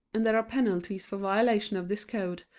and there are penalties for violation of this code,